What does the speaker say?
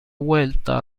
vuelta